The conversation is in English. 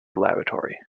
laboratory